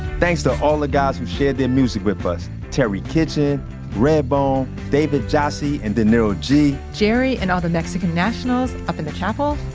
thanks to all the guys who shared their music with us terry kitchen redbone, david jassy and dinero g, jerry and all the mexican nationals up in the chapel,